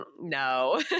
no